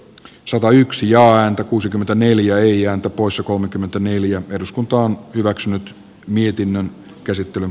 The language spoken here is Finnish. salo yksi joan kuusikymmentäneljä ei antabus kolmekymmentäneljä peruskunto on hyväksynyt mietinnön käsittelyn